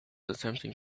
attempting